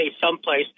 someplace